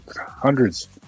hundreds